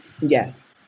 Yes